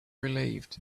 relieved